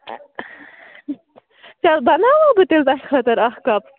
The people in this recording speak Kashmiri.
تیٚلہِ بَناوا بہٕ تیٚلہِ تۄہہِ خٲطٕر اَکھ کَپ